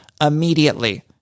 Immediately